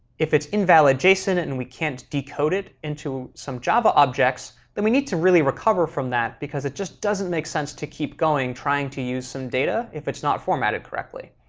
if it's invalid json and we can't decode it into some java objects, then we need to really recover from that, because it just doesn't make sense to keep going trying to use some data if it's not formatted correctly.